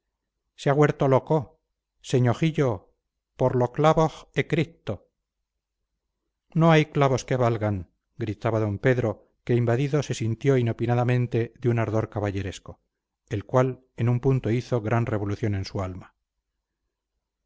se ha güerto loco señó jiyo por lo clavoj é cristo no hay clavos que valgan gritaba don pedro que invadido se sintió inopinadamente de un ardor caballeresco el cual en un punto hizo gran revolución en su alma